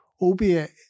albeit